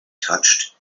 touched